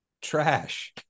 trash